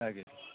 दे